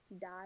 die